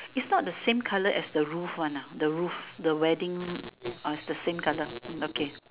it's not the same colour as the roof one ah the roof the wedding ah is the same colour okay